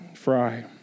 fry